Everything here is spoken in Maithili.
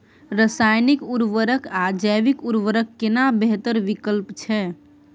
रसायनिक उर्वरक आ जैविक उर्वरक केना बेहतर विकल्प छै?